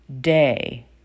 day